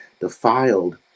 Defiled